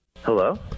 hello